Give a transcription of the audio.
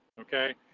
Okay